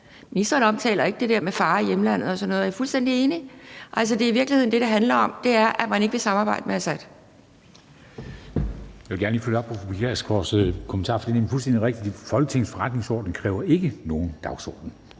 Ministeren omtaler ikke det der med fare i hjemlandet og sådan noget, og jeg er fuldstændig enig. Altså, det, det i virkeligheden handler om, er, at man ikke vil samarbejde med Assad. Kl. 17:49 Formanden (Henrik Dam Kristensen): Jeg vil gerne lige følge op på fru Pia Kjærsgaards kommentar, for det er nemlig fuldstændig rigtigt: Folketingets forretningsorden kræver ikke noget forslag